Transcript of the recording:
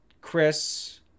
Chris